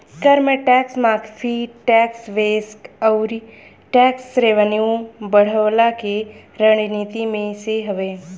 कर में टेक्स माफ़ी, टेक्स बेस अउरी टेक्स रेवन्यू बढ़वला के रणनीति में से हवे